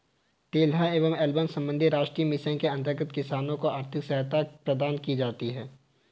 तिलहन एवं एल्बम संबंधी राष्ट्रीय मिशन के अंतर्गत किसानों को आर्थिक सहायता प्रदान की जाती है